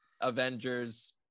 Avengers